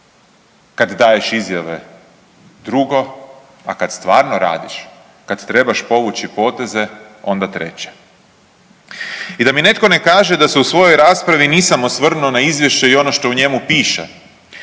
kad daješ izjave drugo, a kad stvarno radiš, kad trebaš povući poteze, onda treće. I da mi netko ne kaže da se u svojoj raspravi nisam osvrnuo na izvješće i ono što u njemu piše,